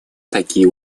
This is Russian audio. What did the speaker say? такие